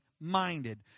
minded